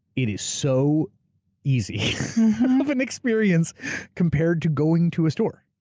it is so easy of an experience compared to going to a store.